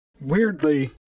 Weirdly